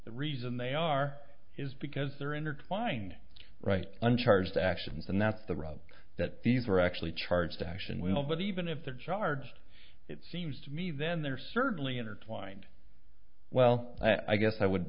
the reason they are is because they're intertwined right uncharged actions and that's the rub that these are actually charged action will but even if they're charged it seems to me then they're certainly intertwined well i guess i would